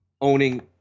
owning